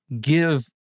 give